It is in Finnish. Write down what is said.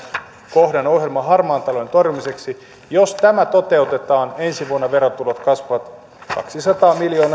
kohdan ohjelman harmaan talouden torjumiseksi jos tämä toteutetaan ensi vuonna verotulot kasvavat kaksisataa miljoonaa euroa